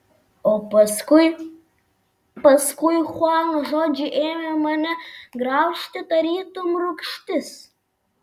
o paskui paskui chuano žodžiai ėmė mane graužti tarytum rūgštis